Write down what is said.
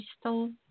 crystal